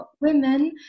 women